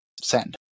Send